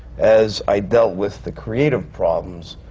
as i dealt with the creative problems,